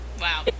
Wow